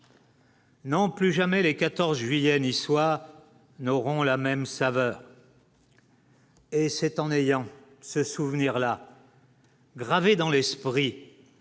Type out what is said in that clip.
Non, plus jamais les 14 juillet niçois n'auront la même saveur. Et c'est en ayant ce souvenir-là. Gravé dans les